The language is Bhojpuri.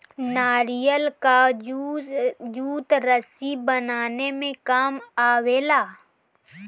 नारियल कअ जूट रस्सी बनावे में काम आवेला